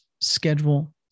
schedule